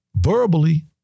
Verbally